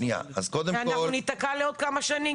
אז קודם כול --- כי אנחנו ניתקע לעוד כמה שנים,